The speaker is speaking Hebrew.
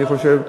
אני חושב.